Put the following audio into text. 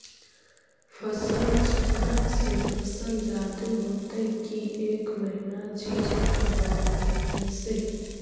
फसल चक्रन से फसल जादे होतै कि एक महिना चिज़ हर बार लगाने से?